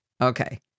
Okay